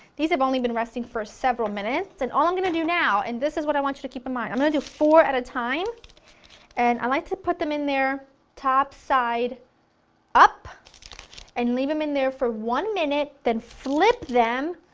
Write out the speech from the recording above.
these have only been resting for several minutes, and all i'm going to do now, and this is what i want you to keep in mind, i'm going to do four at a time and i like to put them in there top side up and leave them in there for one minute, then flip them,